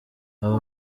baba